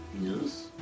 yes